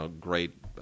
great